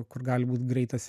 kur gali būt greitas